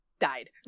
died